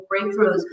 Breakthroughs